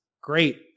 great